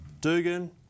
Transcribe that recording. Dugan